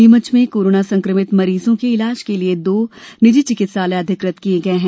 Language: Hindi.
नीमच में कोरोना संक्रमित मरीजों के ईलाज के लिए दो निजी चिकित्सालय अधिकृत किये गये हैं